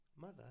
Mother